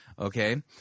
okay